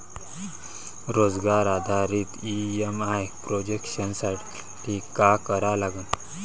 रोजगार आधारित EMI projection साठी का करा लागन?